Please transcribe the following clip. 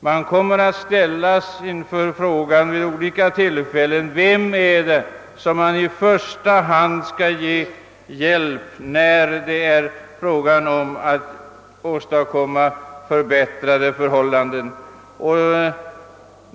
Man kommer vid olika tillfällen att ställas inför frågan: Vem är det som i första hand skall ges hjälp när det gäller att åstadkomma förbättrade förhållanden?